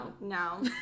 No